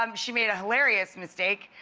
um she made a hilarious mistake.